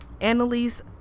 annalise